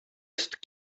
ist